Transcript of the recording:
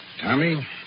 Tommy